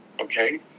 okay